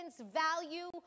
value